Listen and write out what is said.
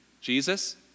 Jesus